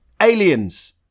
Aliens